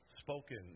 spoken